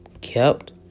kept